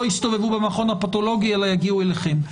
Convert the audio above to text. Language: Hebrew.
יסתובבו במכון הפתולוגי אלא יגיעו אליכם.